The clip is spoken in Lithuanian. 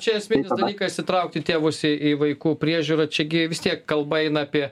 čia esminis dalykas įtraukti tėvus į į vaikų priežiūrą čia gi vis tiek kalba eina apie